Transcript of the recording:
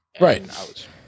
right